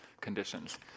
conditions